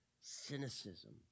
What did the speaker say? cynicism